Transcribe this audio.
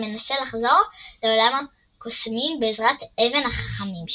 המנסה לחזור לעולם הקוסמים בעזרת אבן החכמים,